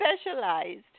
specialized